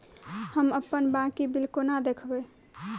हम अप्पन बाकी बिल कोना देखबै?